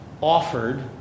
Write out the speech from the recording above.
offered